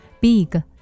Big